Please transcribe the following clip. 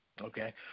Okay